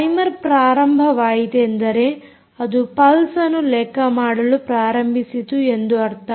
timer ಪ್ರಾರಂಭವಾಯಿತೆಂದರೆ ಅದು pulse ಅನ್ನು ಲೆಕ್ಕಮಾಡಲು ಪ್ರಾರಂಭಿಸಿತು ಎಂದು ಅರ್ಥ